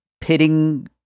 pitting